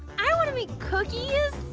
i want to make cookies!